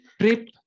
Trip